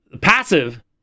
passive